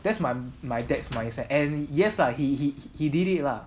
that's my my dad's mindset and yes lah he he he did it lah